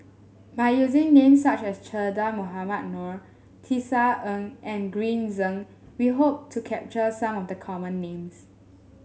by using names such as Che Dah Mohamed Noor Tisa Ng and Green Zeng we hope to capture some of the common names